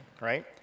right